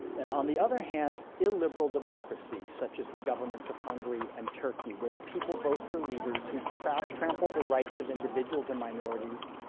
and on the other hand, illiberal democracy, such as the governments of hungary and turkey, where the people vote for leaders who trample trample the rights of individuals and minorities,